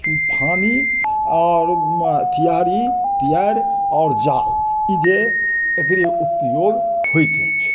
फानी आओर कियारी तियारि आओर जाल ई जे एकरे उपयोग होइत अछि